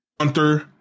Hunter